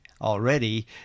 already